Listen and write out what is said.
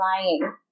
lying